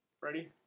Ready